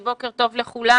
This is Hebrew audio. בוקר טוב לכולם,